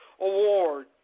Award